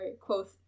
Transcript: quote